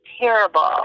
terrible